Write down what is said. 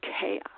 chaos